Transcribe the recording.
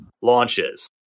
launches